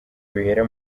bihera